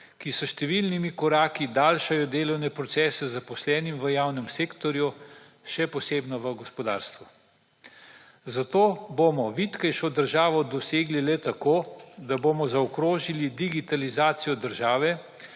ki z številnimi koraki daljšajo delovne procese zaposlenim v javnem sektorju še posebno v gospodarstvu, zato bomo vitkejšo državo dosegli le tako, da bomo zaokrožili digitalizacijo države,